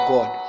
God